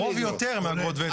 לרוב יותר מאגרות והיטלים.